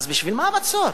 אז בשביל מה מצור,